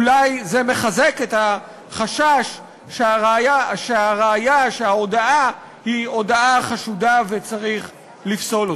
אולי זה מחזק את החשש שההודאה היא הודאה חשודה וצריך לפסול אותה.